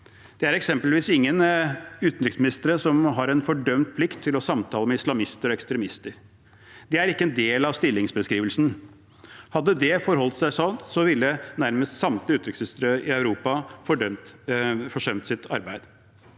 Det er eksempelvis ingen utenriksminister som har en fordømt plikt til å samtale med islamister og ekstremister. Det er ikke en del av stillingsbeskrivelsen. Hadde det forholdt seg slik, ville nærmest samtlige utenriksministre i Europa forsømt sitt arbeid.